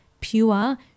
pure